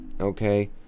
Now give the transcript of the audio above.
okay